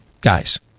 guys